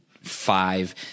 five